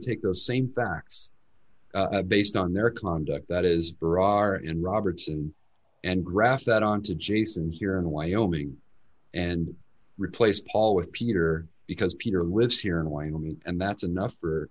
take those same facts based on their conduct that is berar in robertson and graft that on to jason here in wyoming and replace paul with peter because peter lives here in wyoming and that's enough for